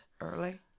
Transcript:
Early